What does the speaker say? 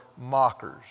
mockers